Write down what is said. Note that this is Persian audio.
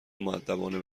مودبانه